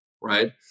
right